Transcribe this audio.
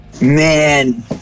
Man